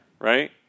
right